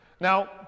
Now